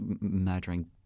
murdering